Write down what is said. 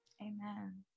amen